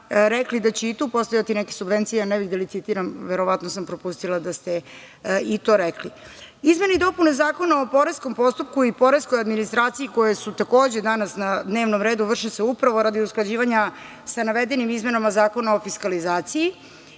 rekli da će i tu postojati neke subvencije, ne bih da licitiram, verovatno sam propustila da ste i to rekli. Izmene i dopune Zakona o poreskom postupku i poreskoj administraciji koje su takođe danas na dnevnom redu vrše se upravo radi usklađivanja sa navedenim izmenama Zakona o fiskalizaciji.